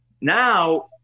Now